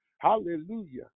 Hallelujah